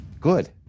good